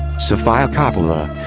sofia coppola.